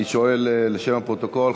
אני שואל לשם הפרוטוקול: